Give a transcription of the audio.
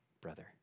brother